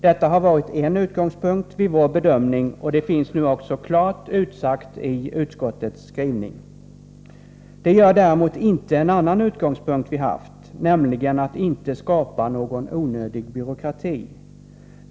Detta har varit en utgångspunkt vid vår bedömning, och det finns nu också klart utsagt i utskottets skrivning. Det gör däremot inte en annan utgångspunkt vi har haft, nämligen att inte skapa någon onödig byråkrati.